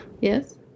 Yes